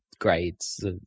grades